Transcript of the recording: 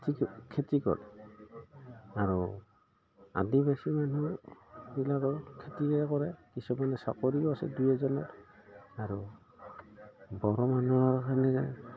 খেতি খেতি কৰে আৰু আদিবাসী মানুহবিলাকৰ খেতিয়ে কৰে কিছুমানে চাকৰিও আছে দুই এজনত আৰু বড়ো মানুহৰ সেনে যায়